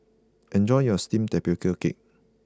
enjoy your steamed tapioca cake